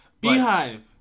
beehive